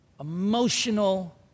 emotional